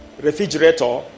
refrigerator